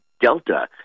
delta